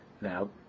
Now